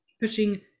pushing